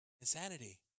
Insanity